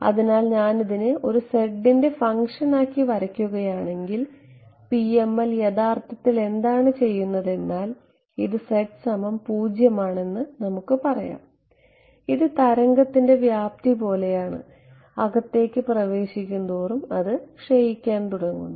അതിനാൽ ഞാനിതിനെ ഒരു z ൻറെ ഫംഗ്ഷൻ ആക്കി വരയ്ക്കുകയാണെങ്കിൽ PML യഥാർത്ഥത്തിൽ എന്താണ് ചെയ്യുന്നതെന്നാൽ ഇത് z 0 ആണെന്ന് നമുക്ക് പറയാം ഇത് തരംഗത്തിന്റെ വ്യാപ്തി പോലെയാണ് അകത്തേക്ക് പ്രവേശിക്കുന്തോറും അത് ക്ഷയിക്കാൻ തുടങ്ങുന്നു